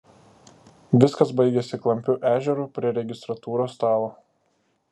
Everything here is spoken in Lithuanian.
viskas baigėsi klampiu ežeru prie registratūros stalo